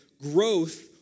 growth